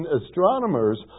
astronomers